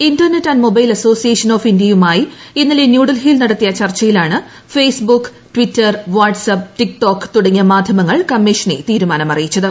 internet and ഇന്ത്യയുമായി ഇന്നലെ ന്യൂഡൽഹിയിൽ നടത്തിയ ചർച്ചയിലാണ് Facebook Twitter WhatsApp TikTok തുടങ്ങിയ മാധ്യമങ്ങൾ കമ്മീഷനെ തീരുമാനമറിയിച്ചത്